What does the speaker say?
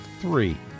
three